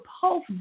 pulse